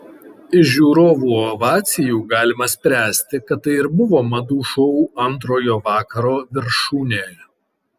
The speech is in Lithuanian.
iš žiūrovų ovacijų galima spręsti kad tai ir buvo madų šou antrojo vakaro viršūnė